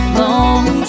long